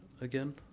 again